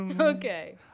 Okay